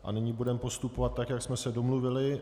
A nyní budeme postupovat tak, jak jsme se domluvili.